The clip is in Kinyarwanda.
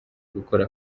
gukora